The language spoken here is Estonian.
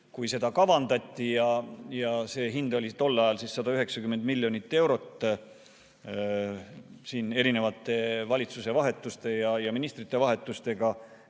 kui seda kavandati, ja see hind oli tol ajal 190 miljonit eurot. Valitsuse vahetuste ja ministrite vahetustega